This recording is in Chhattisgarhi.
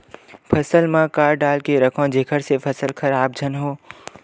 फसल म का डाल के रखव जेखर से फसल खराब झन हो?